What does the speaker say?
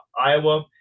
Iowa